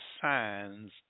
signs